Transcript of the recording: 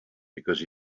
because